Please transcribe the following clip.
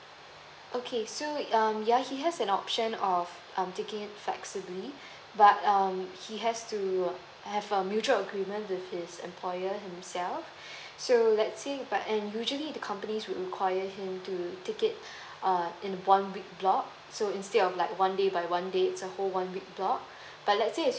okay so um ya he has an option of um taking flexibly but um he has to have a mutual agreement with his employer himself so let say but and usually the company would require him to take it uh in one week block so instead of like one day by one day itself a whole one week block but let's say if